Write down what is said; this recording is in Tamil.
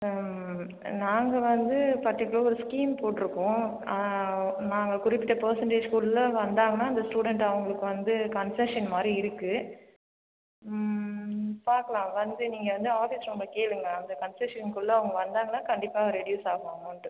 நாங்கள் வந்து பர்ட்டிகுலராக ஒரு ஸ்கீம் போட்டிருக்கோம் நாங்கள் குறிப்பிட்ட பர்ஸன்டேஜ்குள் வந்தாங்கன்னா அந்த ஸ்டூடெண்ட் அவங்களுக்கு வந்து கன்செஷன் மாதிரி இருக்குது பார்க்கலாம் வந்து நீங்கள் வந்து ஆஃபீஸ் ரூமில் கேளுங்கள் அந்த கன்செஷன்குள் அவங்க வந்தாங்கன்னால் கண்டிப்பாக ரெடியூஸ் ஆகும் அமௌண்ட்டு